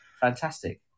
Fantastic